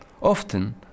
Often